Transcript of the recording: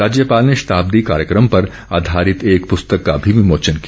राज्यपाल ने शताब्दी कार्यक्रम पर आधारित एक प्रस्तक का भी विमोचन किया